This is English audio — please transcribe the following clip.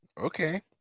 Okay